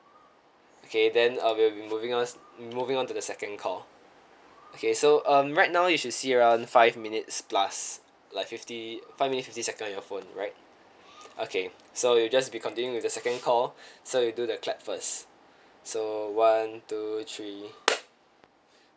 okay then uh we'll be moving on moving on to the second call okay so um right now you should see around five minutes plus like fifty five minute fifty second on your phone right okay so we'll just be continuing with the second call so you do the clap first so one two three